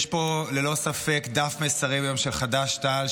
יש פה ללא ספק דף מסרים של חד"ש-תע"ל,